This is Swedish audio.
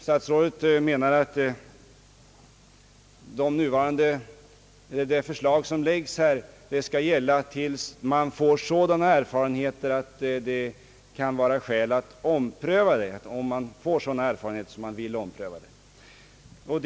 Statsrådet menar att det förslag, som här läggs fram, skall gälla till dess erfarenheterna blir sådana att det kan vara skäl att ompröva frågan.